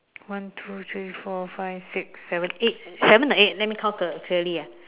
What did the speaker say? one two three four five six seven eight seven or eight let me count clearly ah